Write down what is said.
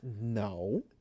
No